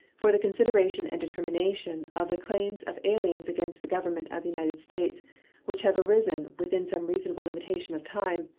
for the consideration and determination of the claims of aliens against the government of the united states which have arisen within some reasonable limitation of time,